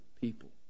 people